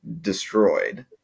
destroyed